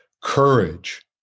courage